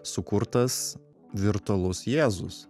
sukurtas virtualus jėzus